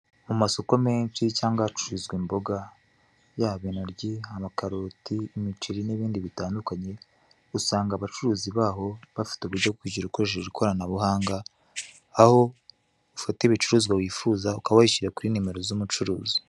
Mu masoko menshi cyangwa ahacururizwa imboga, yaba intoryi, amakaroti, umucri n'ibindi bitandukanye, usanga abacuruzi bafite uburyo bwo kwishyura ukoreresheje ikoranabuhanga aho ufata ibicuruzwa wifuza ukaba wishyura kuri nimero z'umucuruzi.